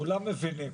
כולם מבינים.